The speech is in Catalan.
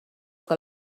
que